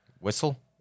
Whistle